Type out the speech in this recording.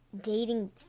dating